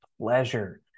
pleasure